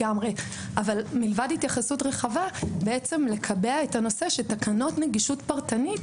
אבל מלבד התייחסות רחבה צריך לקבע את הנושא שתקנות נגישות פרטנית